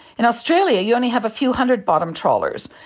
in australia you only have a few hundred bottom trawlers,